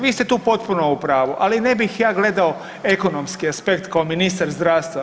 Vi ste tu potpuno u pravu, ali ne bih ja gledao ekonomski aspekt kao ministar zdravstva.